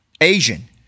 Asian